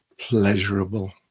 pleasurable